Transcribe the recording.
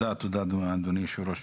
תודה, אדוני היושב-ראש.